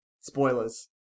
Spoilers